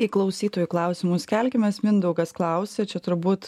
į klausytojų klausimus kelkimės mindaugas klausia čia turbūt